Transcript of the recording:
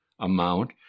amount